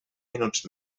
minuts